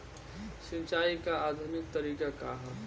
सिंचाई क आधुनिक तरीका का ह?